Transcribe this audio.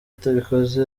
atabikoze